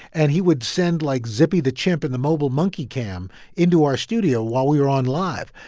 and he would send, like, zippy the chimp and the mobile monkey cam into our studio while we were on live.